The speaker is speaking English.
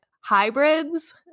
hybrids